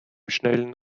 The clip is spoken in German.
schnellen